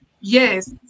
Yes